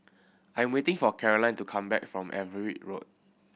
I'm waiting for Carolyne to come back from Everitt Road